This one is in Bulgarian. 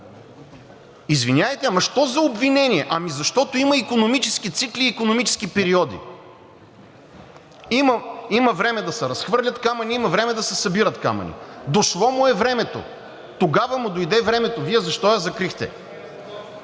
Извинявайте, но що за обвинение? Ами, защото има икономически цикли, икономически периоди – има време да се разхвърлят камъни, има време да се събират камъни. Дошло му е времето. Тогава му дойде времето. Вие защо я закрихте?